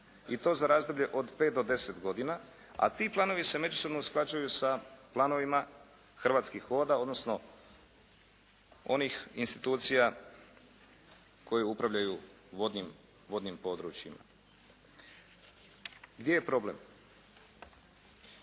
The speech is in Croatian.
i to za razdoblje od pet do deset godina. A ti planovi se međusobno usklađuju sa planovima Hrvatskih voda odnosno onih institucija koje upravljaju vodnim područjima. Gdje je problem?